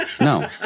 No